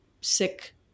sick